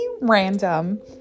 random